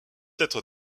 être